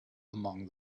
among